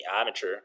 amateur